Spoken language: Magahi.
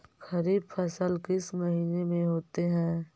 खरिफ फसल किस महीने में होते हैं?